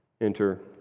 Enter